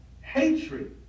hatred